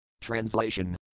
Translation